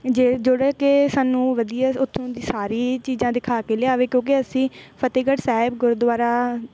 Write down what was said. ਜੇ ਜਿਹੜੇ ਕੇ ਸਾਨੂੰ ਵਧੀਆ ਉੱਥੋਂ ਦੀ ਸਾਰੀ ਚੀਜ਼ਾਂ ਦਿਖਾ ਕੇ ਲਿਆਵੇ ਕਿਉਂਕਿ ਅਸੀਂ ਫਤਿਹਗੜ੍ਹ ਸਾਹਿਬ ਗੁਰਦੁਆਰਾ